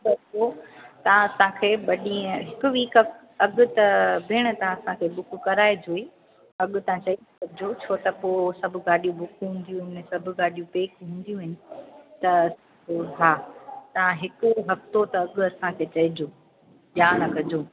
त पोइ तव्हां तव्हांखे ॿ ॾींहुं हिकु वीक अॻु त भेण तव्हां असांखे बुक कराइजो ई अॻु तव्हांखे जो छो त पोइ सभु गाॾी बुकू हूंदियूं हुन पैक हूंदियूं आहिनि त पोइ हा तव्हां हिकु हफ़्तो अॻु असांखे चइजो ॼाण कजो